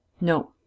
No